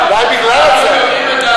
אולי בגלל הצעקה,